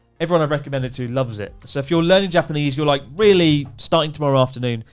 everyone i recommended to loves it. so if you're learning japanese, you're like really starting tomorrow afternoon,